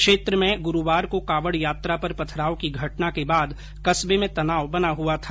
क्षेत्र में गुरूवार को कावड़ यात्रा पर पथराव की घटना के बाद कस्बे में तनाव बना हुआ था